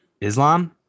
islam